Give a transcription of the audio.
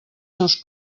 seus